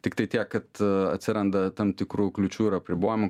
tiktai tiek kad atsiranda tam tikrų kliūčių ir apribojimų